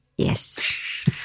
Yes